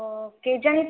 ଓ କେଜାଣି ତାଙ୍କ